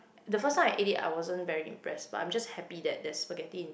the first time I eat I wasn't very impress but I am just happy that there is spaghetti in front of